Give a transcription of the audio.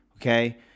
okay